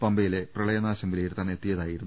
പമ്പയിലെ പ്രിളയനാശം വിലയിരുത്താൻ എത്തിയതായിരുന്നു അദ്ദേഹം